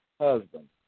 husband